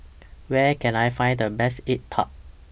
Where Can I Find The Best Egg Tart